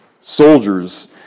soldiers